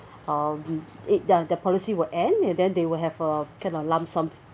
oh the the their policy will end and then they will have a kind of lump sum